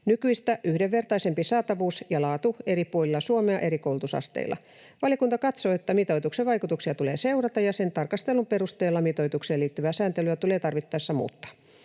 nykyistä yhdenvertaisempi saatavuus ja laatu eri puolilla Suomea eri koulutusasteilla. Valiokunta katsoo, että mitoituksen vaikutuksia tulee seurata ja sen tarkastelun perusteella mitoitukseen liittyvää sääntelyä tulee tarvittaessa muuttaa.